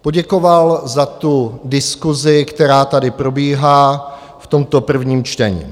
Poděkoval za diskusi, která tady probíhá v tomto prvním čtení.